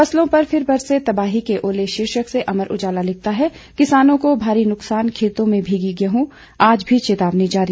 फसलों पर फिर बरसे तबाही के ओले शीर्षक से अमर उजाला लिखता है किसानों को भारी नुकसान खेतों में भीगी गेहूं आज भी चेतावनी जारी